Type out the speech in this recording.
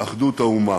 אחדות האומה.